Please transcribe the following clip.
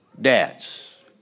dads